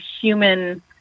human